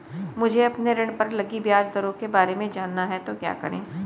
मुझे अपने ऋण पर लगी ब्याज दरों के बारे में जानना है तो क्या करें?